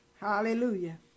hallelujah